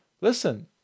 listen